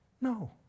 No